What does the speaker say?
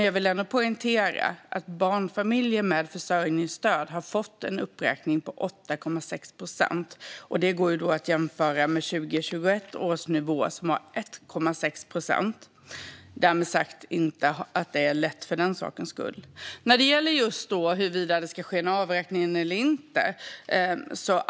Jag vill även poängtera att barnfamiljer med försörjningsstöd har fått en uppräkning på 8,6 procent, och det kan jämföras med 2021 års nivå som var 1,6 procent. Därmed inte sagt att det är lätt. Sedan var det frågan om det ska ske en avräkning eller inte.